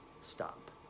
stop